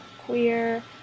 queer